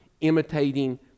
imitating